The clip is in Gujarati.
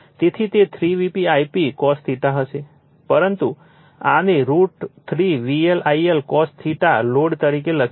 પરંતુ આને √ 3 VL IL cos લોડ તરીકે લખી શકાય છે